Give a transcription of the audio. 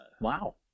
wow